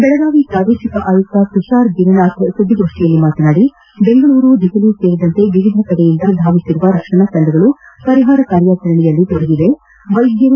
ಬೆಳಗಾವಿ ಪ್ರಾದೇಶಿಕ ಆಯುಕ್ತ ತುಷಾರ್ ಗಿರಿನಾಥ್ ಸುದ್ದಿಗೋಷ್ಠಿಯಲ್ಲಿ ಮಾತನಾಡಿ ಬೆಂಗಳೂರು ದೆಹಲಿ ಸೇರಿದಂತೆ ವಿವಿಧೆಯಿಂದ ಧಾವಿಸಿರುವ ರಕ್ಷಣಾ ತಂಡಗಳು ಪರಿಹಾರ ಕಾರ್ಯದಲ್ಲಿ ನಿರತವಾಗಿವೆ ವೈದ್ಯರು